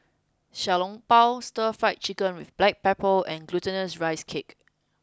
Xiao Long Bao stir fry chicken with black pepper and glutinous rice cake